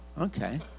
okay